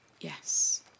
Yes